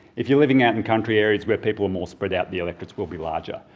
if you're living out in country areas where people are more spread out, the electorates will be larger.